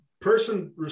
person